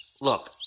Look